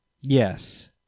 Yes